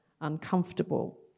uncomfortable